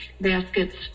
baskets